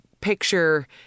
picture